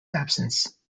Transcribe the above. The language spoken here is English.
absence